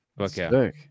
okay